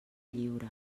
lliure